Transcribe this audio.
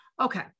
Okay